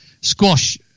squash